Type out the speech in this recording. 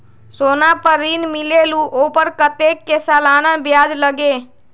सोना पर ऋण मिलेलु ओपर कतेक के सालाना ब्याज लगे?